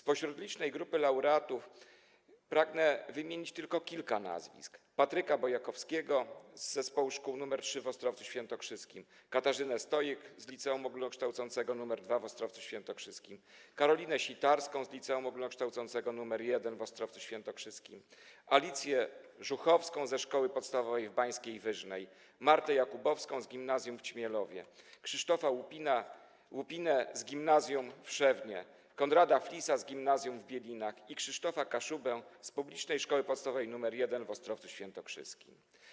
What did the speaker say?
Spośród licznej grupy laureatów pragnę wymienić tylko kilka nazwisk: Patryka Bojakowskiego z Zespołu Szkół nr 3 w Ostrowcu Świętokrzyskim, Katarzynę Stojek z Liceum Ogólnokształcącego nr 2 w Ostrowcu Świętokrzyskim, Karolinę Sitarską z Liceum Ogólnokształcącego nr 1 w Ostrowcu Świętokrzyskim, Alicję Żuchowską ze Szkoły Podstawowej w Bańskiej Wyżnej, Martę Jakubowską z Gimnazjum w Ćmielowie, Krzysztofa Łupinę z Gimnazjum w Szewnie, Konrada Flisa z Gimnazjum w Bielinach i Krzysztofa Kaszubę z Publicznej Szkoły Podstawowej nr 1 w Ostrowcu Świętokrzyskim.